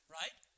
right